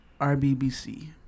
RBBC